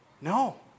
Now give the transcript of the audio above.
No